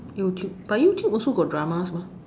YouTube but YouTube also got dramas mah